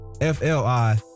F-L-I